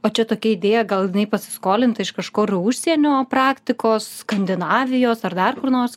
o čia tokia idėja gal jinai pasiskolinta iš kažkur užsienio praktikos skandinavijos ar dar kur nors